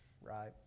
right